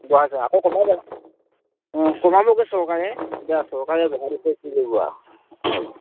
বঢ়াইছে আকৌ কমাব অঁ কমাবগৈ চৰকাৰে এতিয়া চৰকাৰে বঢ়াই দিছে কি কৰিব আৰু